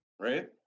right